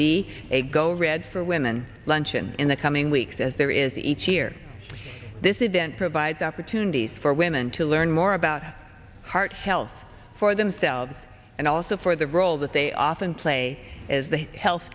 a go red for women luncheon in the coming weeks as there is each year this event provides opportunities for women to learn more about heart health for themselves and also for the role that they often play as the health